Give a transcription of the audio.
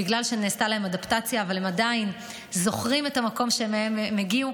בגלל שנעשתה להם אדפטציה אבל הם עדיין זוכרים את המקום שממנו הם הגיעו,